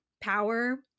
power